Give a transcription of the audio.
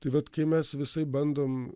tai vat kai mes visaip bandom